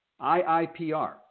IIPR